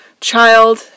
child